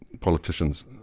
politicians